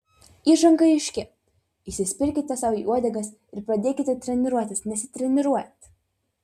įžanga aiški įsispirkite sau į uodegas ir pradėkite treniruotis nesitreniruojant